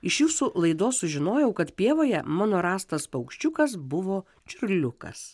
iš jūsų laidos sužinojau kad pievoje mano rastas paukščiukas buvo čiurliukas